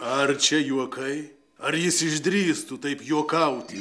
ar čia juokai ar jis išdrįstų taip juokauti